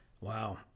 Wow